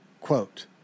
quote